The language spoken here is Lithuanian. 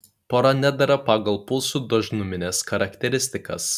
pora nedera pagal pulsų dažnumines charakteristikas